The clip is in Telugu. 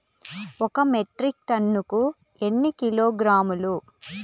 ఒక మెట్రిక్ టన్నుకు ఎన్ని కిలోగ్రాములు?